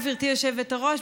גברתי היושבת-ראש,